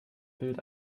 bild